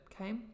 Okay